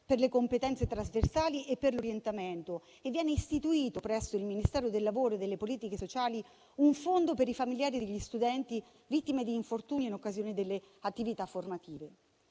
per le competenze trasversali e per l'orientamento e viene istituito presso il Ministero del lavoro e delle politiche sociali un fondo per i familiari degli studenti vittime di infortuni in occasione delle attività formative.